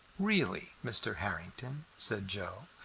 really, mr. harrington, said joe,